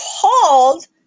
called